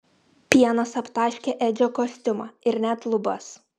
pienas aptaškė edžio kostiumą ir net lubas